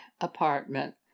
apartment